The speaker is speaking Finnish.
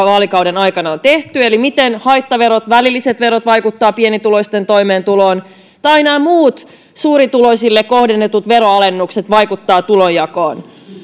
vaalikauden aikana on tehty eli miten haittaverot välilliset verot vaikuttavat pienituloisten toimeentuloon tai miten nämä muut suurituloisille kohdennetut veroalennukset vaikuttavat tulonjakoon